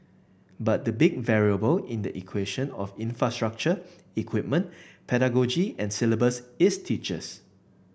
but the big variable in the equation of infrastructure equipment pedagogy and syllabus is teachers